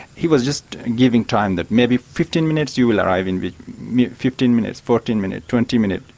he was just giving time, that maybe fifteen minutes you will arrive, and fifteen minutes, fourteen minutes, twenty minutes.